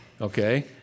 Okay